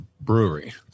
brewery